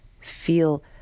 Feel